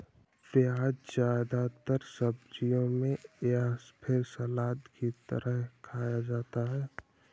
प्याज़ ज्यादातर सब्जियों में या फिर सलाद की तरह खाया जाता है